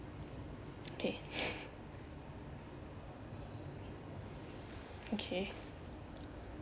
okay okay